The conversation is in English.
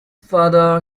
father